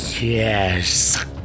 Yes